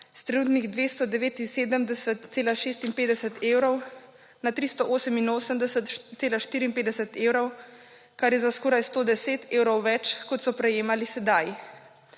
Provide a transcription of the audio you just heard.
iz trenutnih 279,56 evrov na 388,54 evrov, kar je za skoraj 110 evrov več kot so prejemali sedaj.